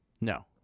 No